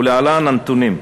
ולהלן הנתונים: